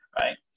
right